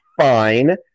fine